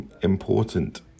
important